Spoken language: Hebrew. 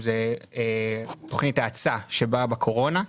תוכנית האצה שבאה בקורונה.